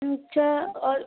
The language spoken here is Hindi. अच्छा और